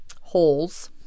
holes